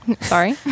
sorry